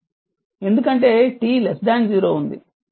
ఎందుకంటే t 0 ఉంది